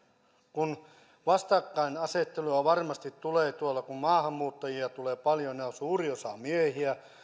kun vastakkainasettelua varmasti tulee kun maahanmuuttajia tulee paljon ja suuri osa on miehiä